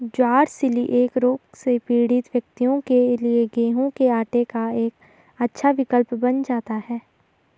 ज्वार coeliac रोग से पीड़ित व्यक्तियों के लिए गेहूं के आटे का एक अच्छा विकल्प बन जाता है